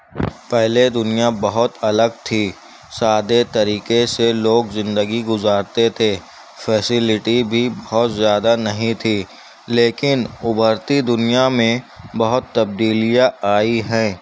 پہلے دنیا بہت الگ تھی سادے طریقے سے لوگ زندگی گذارتے تھے فیسیلٹی بھی بہت زیادہ نہیں تھی لیکن ابھرتی دنیا میں بہت تبدیلیاں آئیں ہیں